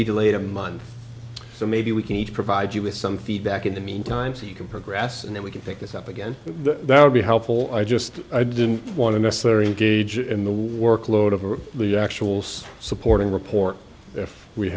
be delayed a month so maybe we can provide you with some feedback in the meantime so you can progress and then we can pick this up again that would be helpful i just i didn't want to mess there in gauge in the workload of the actual so supporting report if we